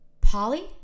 Polly